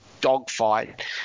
dogfight